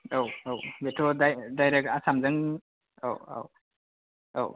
औ औ बेथ' डायरेक्त आसामजों औ औ औ